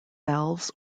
valves